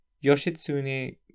Yoshitsune